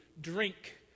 drink